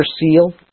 seal